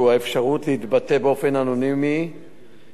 התשע"ב 2012,